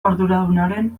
arduradunaren